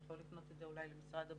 אתה יכול להפנות את זה למשרד הבריאות.